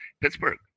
Pittsburgh